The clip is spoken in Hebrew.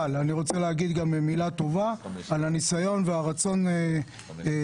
אבל אני רוצה להגיד גם מילה טובה על הניסיון והרצון שלך